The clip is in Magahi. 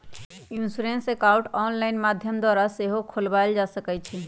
इंश्योरेंस अकाउंट ऑनलाइन माध्यम द्वारा सेहो खोलबायल जा सकइ छइ